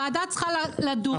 ועדה צריכה לדון.